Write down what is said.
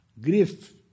Grief